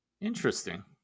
interesting